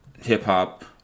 hip-hop